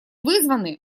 вызваны